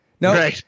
No